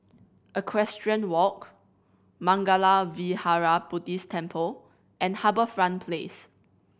Equestrian Walk Mangala Vihara Buddhist Temple and HarbourFront Place